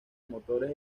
motores